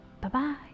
Bye-bye